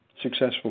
Successful